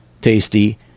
tasty